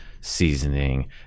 seasoning